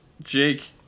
Jake